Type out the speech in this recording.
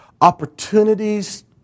opportunities